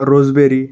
रोजबेरी